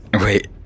Wait